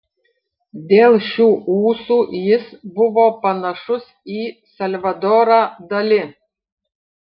dėl šių ūsų jis buvo panašus į salvadorą dali